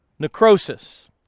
necrosis